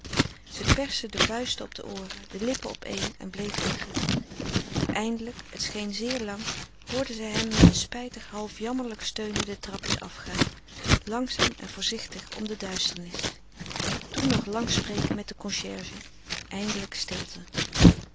ze perste de vuisten op de ooren de lippen opeen en bleef liggen eindelijk het scheen zeer lang hoorde zij hem met een spijtig half jammerlijk steunen den trap weer afgaan langzaam en voorzichtig om de duisternis toen nog lang spreken met de concierge eindelijk stilte